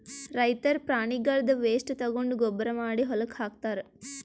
ರೈತರ್ ಪ್ರಾಣಿಗಳ್ದ್ ವೇಸ್ಟ್ ತಗೊಂಡ್ ಗೊಬ್ಬರ್ ಮಾಡಿ ಹೊಲಕ್ಕ್ ಹಾಕ್ತಾರ್